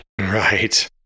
Right